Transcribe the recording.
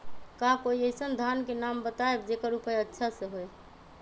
का कोई अइसन धान के नाम बताएब जेकर उपज अच्छा से होय?